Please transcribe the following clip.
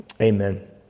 Amen